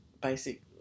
basic